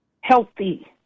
healthy